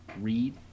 read